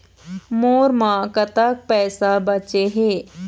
मोर म कतक पैसा बचे हे?